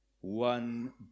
One